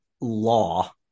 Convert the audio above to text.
law